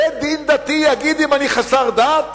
בית-דין דתי יגיד אם אני חסר דת?